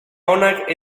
onak